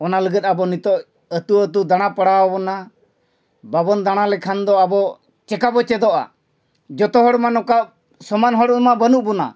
ᱚᱱᱟ ᱞᱟᱹᱜᱤᱫ ᱟᱵᱚ ᱱᱤᱛᱳᱜ ᱟᱛᱳ ᱟᱛᱳ ᱫᱟᱬᱟ ᱯᱟᱲᱟᱣ ᱟᱵᱚᱱᱟ ᱵᱟᱵᱚᱱ ᱫᱟᱬᱟ ᱞᱮᱠᱷᱟᱱ ᱫᱚ ᱟᱵᱚ ᱪᱤᱠᱟᱹᱵᱚ ᱪᱮᱫᱚᱜᱼᱟ ᱡᱚᱛᱚ ᱦᱚᱲ ᱢᱟ ᱱᱚᱝᱠᱟ ᱥᱚᱢᱟᱱ ᱦᱚᱲ ᱢᱟ ᱵᱟᱹᱱᱩᱜ ᱵᱚᱱᱟ